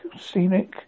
scenic